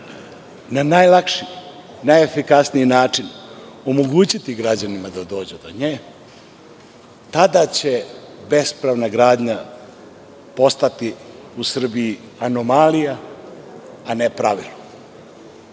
na najlakši, najefikasniji način omogućiti građanima da dođu do nje. Tada će bespravna gradnja postati u Srbiji anomalija, a ne pravilo